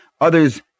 Others